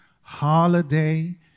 holiday